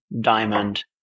diamond